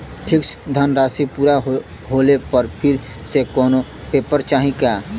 Fix धनराशी पूरा होले पर फिर से कौनो पेपर चाही का?